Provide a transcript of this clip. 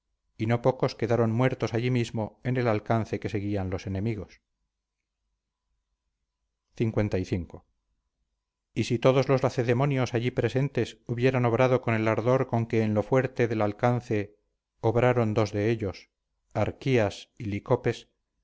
y no pocos quedaros muertos allí mismo en el alcance que seguían los enemigos lv y si todos los lacedemonios allí presentes hubieran obrado con el ardor con que en lo fuerte del alcance obraron dos de ellos arquías y licopes